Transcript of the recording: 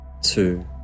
two